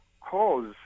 cause